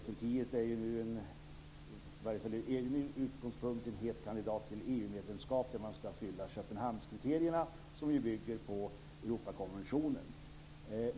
Turkiet är ju nu i varje fall från sin egen utgångspunkt en het kandidat till EU medlemskap, för vilket man ska uppfylla Köpenhamnskriterierna, som bygger på Europakonventionen.